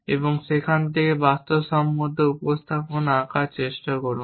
এবং সেখান থেকে বাস্তবসম্মত উপস্থাপনা আঁকার চেষ্টা করুন